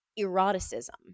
eroticism